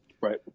Right